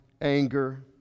anger